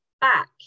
back